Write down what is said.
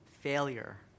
failure